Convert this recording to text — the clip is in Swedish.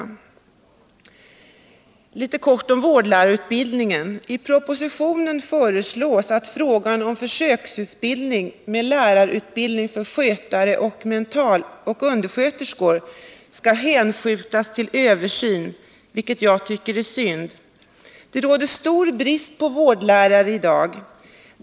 Så några ord om vårdlärarutbildningen. I propositionen föreslås att frågan om försöksutbildning till lärare för skötare och undersköterskor skall hänskjutas till översyn. Det tycker jag är synd. Det råder stor brist på vårdlärare.